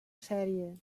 sèrie